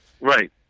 Right